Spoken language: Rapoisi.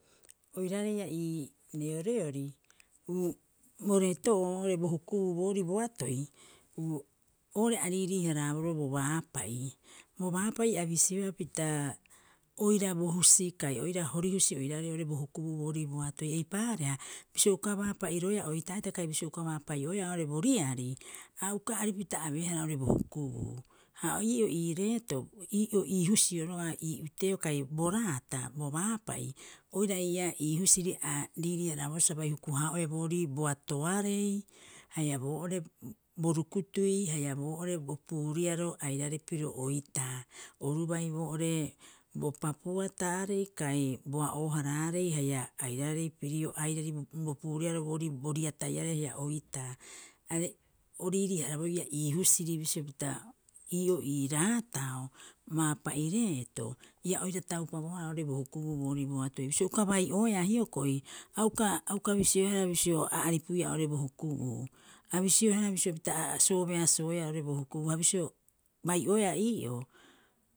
Oiraarei iiaa i reoreori uu boreeto'oo oo'ore boorii hukubuu boatoi, uu oo'ore a riirii- haraaboro bo baapa'i. Bo baapa'i a bisioea pita oira bo husi kai oira hori husi oiraarei bo hukubuutoi boorii boatoi, eeipaareha bisio uka baapa'iroea oitaa'ita kai bisio uka baapa'i'oeaa oo'ore bo riari, a uka aripupita abeehara oo'ore bo hukubuu. Ha o ii'oo ii reetoo, ii'oo ii husio roga'a ii uteeo, kai bo raata bo baapa'i, oira ii'aa ii husiri a riiriiharaaboroo sa bai huku- haa'ohe boorii bo atoarei haia boo'ore bo rukutui, haia boo'ore bo puuriaro airaarei piro oitaa. Oru bai boo'ore bo papuataarei kai boa'oo- haraarei, haia airaarei pirio airari bo puuriaro boorii bo riataiarei haia oitaa. Are o riirii- haraaboroo ii'aa ii husiri bisio pita, ii'oo ii raatao baapa'i reeto ia oira taupabohara oo'ore bo hukubuu boorii boatoi. Bisio uka bai'oeaa hioko'i a uka, uka bisioehara bisio a aripuiiaa oo'ore bo hukubuu. A bisioehara bisio pita a soobesooea oo'ore bo hukubuu. Ha bisio bai'oeaa ii'oo.